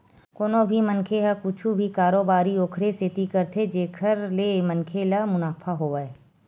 कोनो भी मनखे ह कुछु भी कारोबारी ओखरे सेती करथे जेखर ले मनखे ल मुनाफा होवय